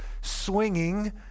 swinging